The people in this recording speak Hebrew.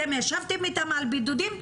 אתם ישבתם איתם על בידודים,